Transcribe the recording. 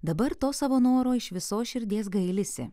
dabar to savo noro iš visos širdies gailisi